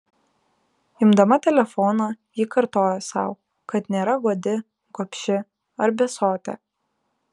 imdama telefoną ji kartojo sau kad nėra godi gobši ar besotė